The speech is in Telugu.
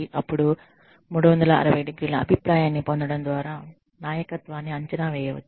అప్పుడు 360 ° అభిప్రాయాన్ని పొందడం ద్వారా నాయకత్వాన్ని అంచనా వేయవచ్చు